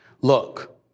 Look